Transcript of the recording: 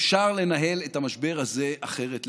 אפשר לנהל את המשבר הזה אחרת לגמרי.